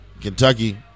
Kentucky